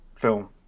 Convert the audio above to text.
film